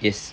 yes